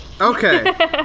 okay